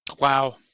Wow